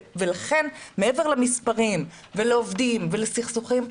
לכן מעבר למספרים ולעובדים ולסכסוכים,